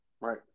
Right